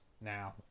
now